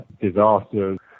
disasters